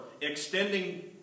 extending